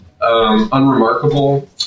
unremarkable